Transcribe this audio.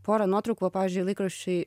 pora nuotraukų va pavyzdžiui laikraščiai